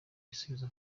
gisubizo